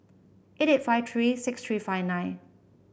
eight eight five three six three five nine